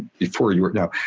before you were.